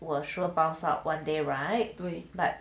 will sure bounce up one day right but